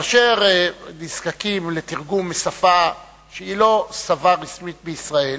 כאשר נזקקים לתרגום משפה שהיא לא שפה רשמית בישראל,